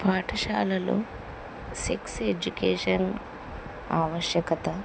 పాఠశాలలో sex education ఆవశ్యకత